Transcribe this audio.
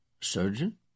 surgeon